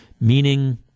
meaning